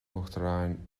uachtaráin